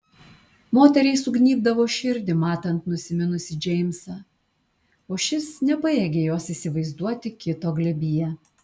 moteriai sugnybdavo širdį matant nusiminusį džeimsą o šis nepajėgė jos įsivaizduoti kito glėbyje